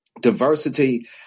diversity